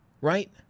right